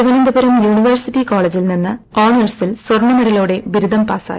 Thiruvananthapuram university കോളേജിൽ നിന്ന് ഓണേഴ്സിൽ സ്വർണമെഡലോടെ ബിരുദം പാസായി